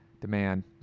demand